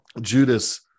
Judas